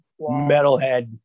metalhead